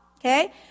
okay